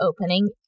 opening